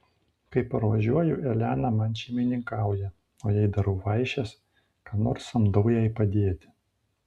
kai parvažiuoju elena man šeimininkauja o jei darau vaišes ką nors samdau jai padėti